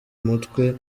mutwe